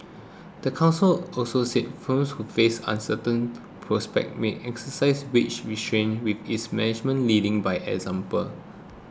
the council also said firms who face uncertain prospects may exercise wage restraint with its management leading by example